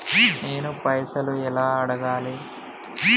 నేను పైసలు ఎలా అడగాలి?